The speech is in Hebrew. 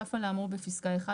נוסף על האמור בפסקה (1),